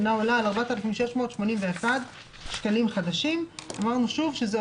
אינה עולה על 4,681 שקלים חדשים" אמרנו שזו